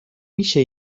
میشه